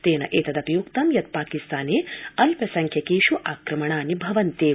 तेनेतदप्यक्तं यत् पाकिस्ताने अल्पसंख्यकेष् आक्रमणानि भवन्त्येव